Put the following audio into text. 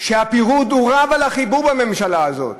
הפירוד רב על החיבור בממשלה הזאת